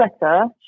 better